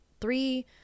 three